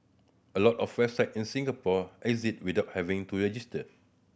a lot of website in Singapore exist without having to register